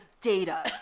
Data